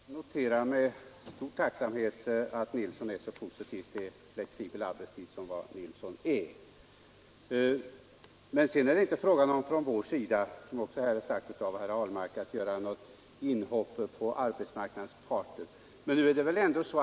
Herr talman! Jag noterar med stor tacksamhet att herr Nilsson i Östersund är så positiv till flexibel arbetstid. Från vår sida är det inte frågan om — som också har sagts av herr Ahlmark — att göra något inhopp i förhandlingarna mellan arbetsmarknadens parter.